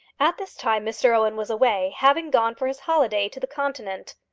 at this time mr owen was away, having gone for his holiday to the continent.